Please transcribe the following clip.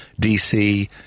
DC